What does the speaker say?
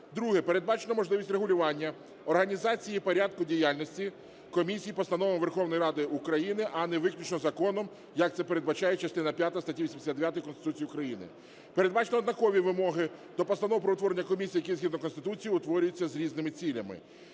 Друге. Передбачено можливість регулювання, організації і порядку діяльності комісії постановами Верховної Ради України, а не виключно законом, як це передбачає частина п’ята статті 89 Конституції України. Передбачено однакові вимоги до постанов про утворення комісій, які згідно Конституції утворюються з різним цілями,